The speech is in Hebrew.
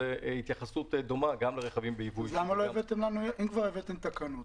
אם כבר הבאתם תקנות,